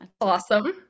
awesome